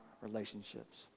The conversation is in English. relationships